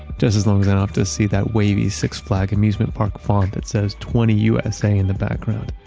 just as long as i don't have to see that wavy, six flags amusement park font that says, twenty usa in the background.